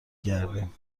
گردیم